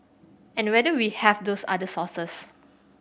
and whether we have those other sources